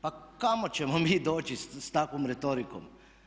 Pa kamo ćemo mi doći s takvom retorikom?